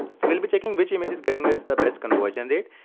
so we'll be checking which image is getting us the best conversion rate.